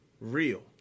real